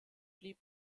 blieb